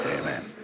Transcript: Amen